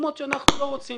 במקומות שאנחנו לא רוצים